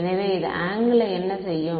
எனவே அது ஆங்கிளை என்ன செய்யும்